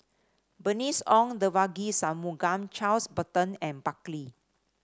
Bernice Ong Devagi Sanmugam Charles Burton and Buckley